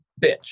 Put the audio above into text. bitch